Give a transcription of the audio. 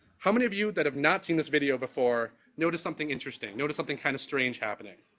how many of you that have not seen this video before notice something interesting? notice something kind of strange happening?